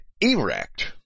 Erect